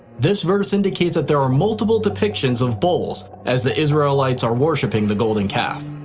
this verse indicates that there are multiple depictions of bulls as the israelites are worshiping the golden calf.